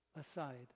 aside